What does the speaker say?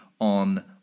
on